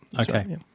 Okay